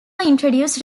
introduce